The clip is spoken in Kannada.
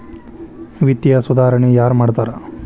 ವಿತ್ತೇಯ ಸುಧಾರಣೆ ಯಾರ್ ಮಾಡ್ತಾರಾ